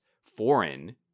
foreign